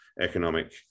economic